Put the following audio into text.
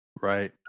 right